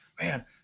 man